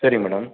சரிங்க மேடம்